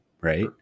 Right